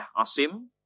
Asim